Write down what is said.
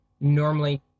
normally